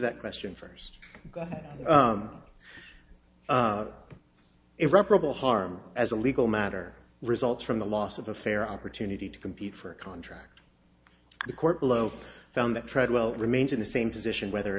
that question first irreparable harm as a legal matter results from the loss of a fair opportunity to compete for a contract the court below found that treadwell remains in the same position whether or